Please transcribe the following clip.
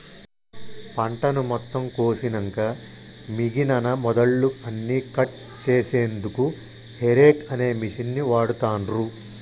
పంటను మొత్తం కోషినంక మిగినన మొదళ్ళు అన్నికట్ చేశెన్దుకు హేరేక్ అనే మిషిన్ని వాడుతాన్రు